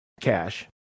cash